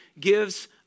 gives